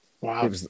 Wow